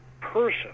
person